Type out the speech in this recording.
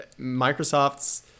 Microsoft's